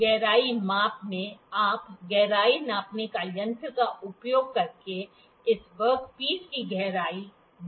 गहराई माप में आप गहराई नापने का यंत्र का उपयोग करके इस वर्कपीस की गहराई देख सकते हैं